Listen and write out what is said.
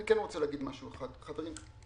אני כן רוצה להגיד משהו אחד: חברים,